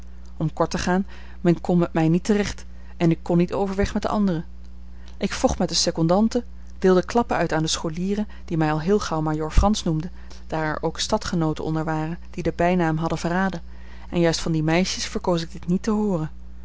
om kort te gaan men kon met mij niet terecht en ik kon niet overweg met de anderen ik vocht met de secondante deelde klappen uit aan de scholieren die mij al heel gauw majoor frans noemden daar er ook stadgenooten onder waren die den bijnaam hadden verraden en juist van die meisjes verkoos ik dit niet te hooren